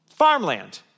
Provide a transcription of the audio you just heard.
Farmland